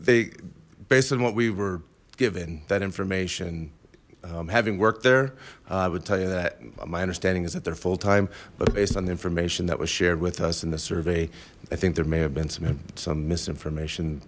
they based on what we were given that information having worked there i would tell you that my understanding is that they're full time but based on the information that was shared with us in the survey i think there may have been some misinformation